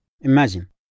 imagine